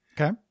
Okay